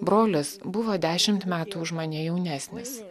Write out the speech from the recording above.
brolis buvo dešimt metų už mane jaunesnis